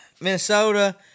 Minnesota